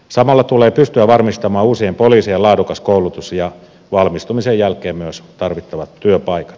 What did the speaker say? samalla tulee pystyä varmistamaan uusien poliisien laadukas koulutus ja valmistumisen jälkeen myös tarvittavat työpaikat